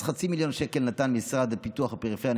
אז חצי מיליון שקל נתן המשרד לפיתוח הפריפריה,